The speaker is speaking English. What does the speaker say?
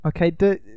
Okay